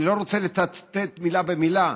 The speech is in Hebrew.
אני לא רוצה לצטט מילה במילה,